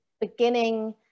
beginning